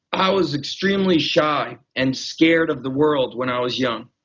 i was extremely shy and scared of the world when i was young.